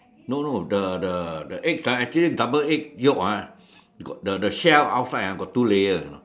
no no the the the eggs ah actually double egg Yolk ah got the the shell outside got two layers you know